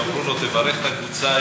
שאמרו לו: תברך את הקבוצה,